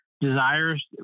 desires